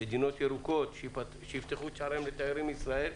מדינות ירוקות שיפתחו שעריהן לתיירים ישראליים,